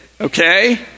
okay